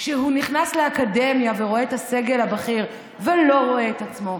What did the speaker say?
שהוא נכנס לאקדמיה ורואה את הסגל הבכיר ולא רואה את עצמו,